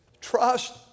Trust